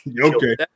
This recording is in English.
Okay